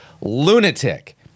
lunatic